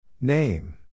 Name